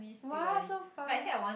what so far